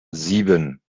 sieben